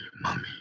mummy